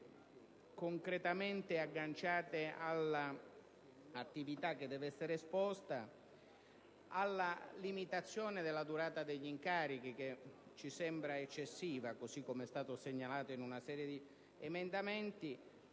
concretamente agganciate all'attività che deve essere svolta, limitare la durata degli incarichi (che ci sembra eccessiva, come è stato segnalato in una serie di emendamenti).